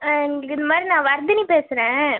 எங்களுக்கு இதுமாதிரி நான் வர்தினி பேசுகிறேன்